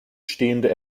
stehende